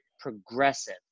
progressive